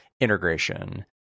integration